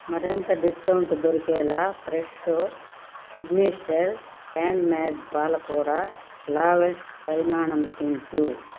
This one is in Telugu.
మరింత డిస్కౌంట్ దొరికేలా ఫ్రెషో సిగ్నేచర్ హ్యాండ్ మేడ్ పాలకూర లవాష్ పరిమాణంపెంచు